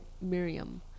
Miriam